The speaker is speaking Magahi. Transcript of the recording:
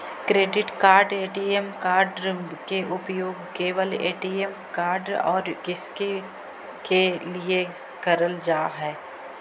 क्रेडिट कार्ड ए.टी.एम कार्ड के उपयोग केवल ए.टी.एम और किसके के लिए करल जा है?